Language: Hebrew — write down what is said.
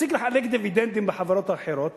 תפסיק לחלק דיבידנדים בחברות האחרות